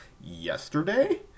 yesterday